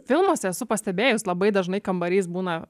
filmuose esu pastebėjus labai dažnai kambarys būna